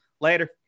later